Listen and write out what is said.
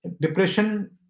depression